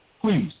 please